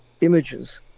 images